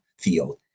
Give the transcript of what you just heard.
field